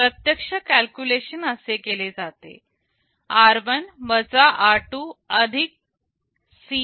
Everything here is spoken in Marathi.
प्रत्यक्ष कॅल्क्युलेशन असे केले जाते r1 r 2 C 1